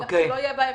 כך שלא יהיה בהם